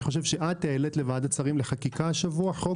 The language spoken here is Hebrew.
אני חושב שאת העלית לוועדת שרים לחקיקה השבוע חוק בנושא הזה.